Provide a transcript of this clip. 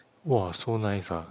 !wah! so nice ah